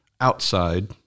outside